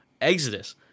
exodus